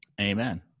Amen